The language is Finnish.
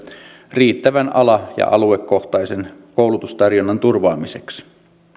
riittävän ala ja aluekohtaisen koulutustarjonnan turvaamiseksi